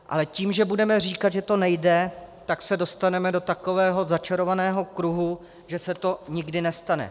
Ale tím, že budeme říkat, že to nejde, se dostaneme do takového začarovaného kruhu, že se to nikdy nestane.